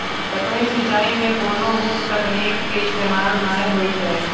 सतही सिंचाइ मे कोनो उच्च तकनीक के इस्तेमाल नै होइ छै